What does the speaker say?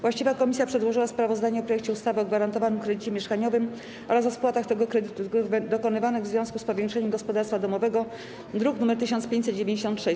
Właściwa komisja przedłożyła sprawozdanie o projekcie ustawy o gwarantowanym kredycie mieszkaniowym oraz o spłatach tego kredytu dokonywanych w związku z powiększeniem gospodarstwa domowego, druk nr 1596.